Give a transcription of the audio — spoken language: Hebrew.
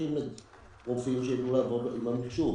צריכים רופאים שיידעו לעבוד עם המחשוב,